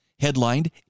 headlined